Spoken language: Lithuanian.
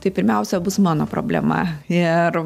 tai pirmiausia bus mano problema ir